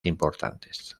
importantes